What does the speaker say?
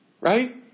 Right